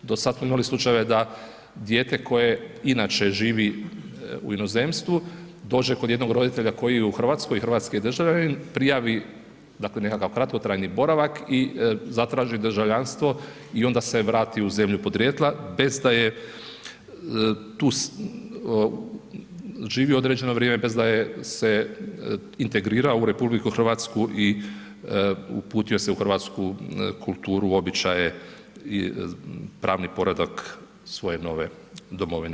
Do sada smo imali slučajeve da dijete koje inače živi u inozemstvu dođe kod jednog roditelja koji je u Hrvatskoj i hrvatski je državljanin, prijavi dakle nekakav kratkotrajni boravak i zatraži državljanstvo i onda se vrati u zemlju podrijetla bez da je tu živio određeno vrijeme, bez da je se integrirao u RH i uputio se u hrvatsku kulturu, običaje, pravni poredak svoje nove domovine.